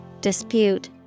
dispute